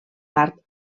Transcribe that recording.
part